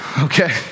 Okay